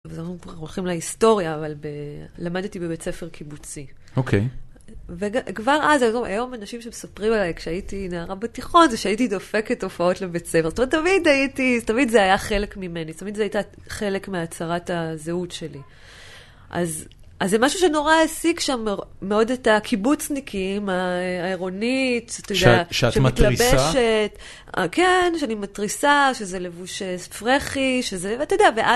אז אנחנו כבר הולכים להיסטוריה, אבל ב... למדתי בבית ספר קיבוצי. אוקיי. וכבר אז... היום אנשים שמספרים עליי, כשהייתי נערה בתיכון, זה שהייתי דופקת הופעות לבית ספר. זאת אומרת, תמיד הייתי, תמיד זה היה חלק ממני, תמיד זו הייתה חלק מהצהרת הזהות שלי. אז, אז זה משהו שנורא העסיק שם מאוד, את הקיבוצניקים העירונית, אתה יודע... שמתלבשת... שאת, שאת מתריסה? כן, שאני מתריסה, שזה לבוש פרכי, שזה, ואתה יודע...